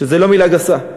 שזו לא מילה גסה,